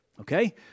Okay